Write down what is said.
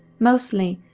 mostly,